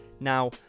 Now